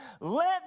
Let